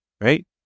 right